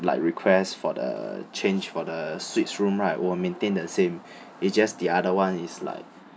like request for the change for the suites room right will maintain the same it's just the other [one] is like